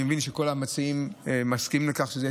אני מבין שכל המציעים מסכימים לכך שיהיה